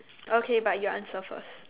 okay but your answer first